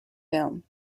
film